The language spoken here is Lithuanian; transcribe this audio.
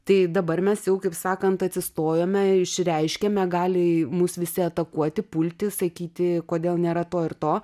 tai dabar mes jau kaip sakant atsistojome išreiškėme gali mus visi atakuoti pulti sakyti kodėl nėra to ir to